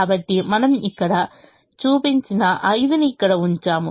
కాబట్టి మనము ఇక్కడ చూపించిన 5 ని ఇక్కడ ఉంచాము